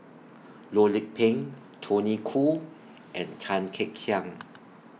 Loh Lik Peng Tony Khoo and Tan Kek Hiang